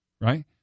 right